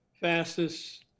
fastest